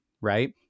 right